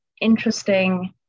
interesting